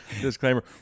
Disclaimer